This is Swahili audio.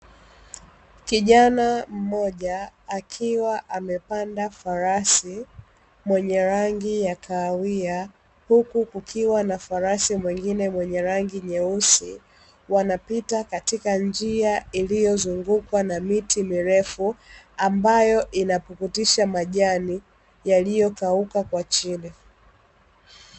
Kijana mmoja akiwa amepanda farasi mwenye rangi ya kahawia, huku kukiwa na farasi mwingine mwenye rangi nyeusi wanapita katika njia iliyozungukwa na miti mirefu, ambayo inapukutisha majani yaliyokauka kwa chini.